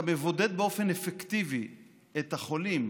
אתה מבודד באופן אפקטיבי את החולים